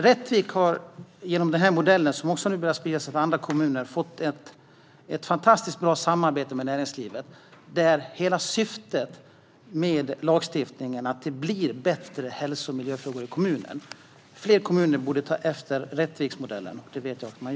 Rättvik har genom denna modell, som har börjat sprida sig till andra kommuner, fått ett fantastiskt bra samarbete med näringslivet. Man når syftet med lagstiftningen, alltså att bli bättre på hälso och miljöfrågor. Fler kommuner borde ta efter Rättviksmodellen. Herr talman!